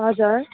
हजुर